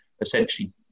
essentially